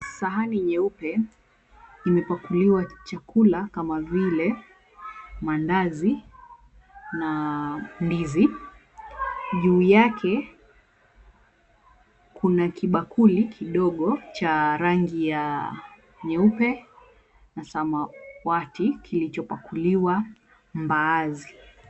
Sahani nyeupe imepakuliwa chakula kama vile mandazi na ndizi, juu yake kuna kibakuli kidogo cha rangi ya nyeupe na samawati kilichopakuliwa mbaazi.